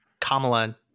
Kamala